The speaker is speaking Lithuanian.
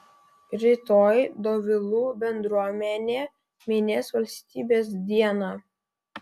rytoj dovilų bendruomenė minės valstybės dieną